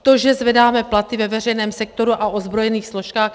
To, že zvedáme platy ve veřejném sektoru a ozbrojených složkách?